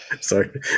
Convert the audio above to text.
Sorry